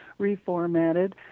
reformatted